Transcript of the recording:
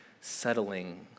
settling